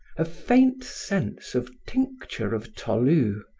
a faint scent of tincture of tolu,